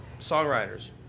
songwriters